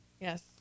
Yes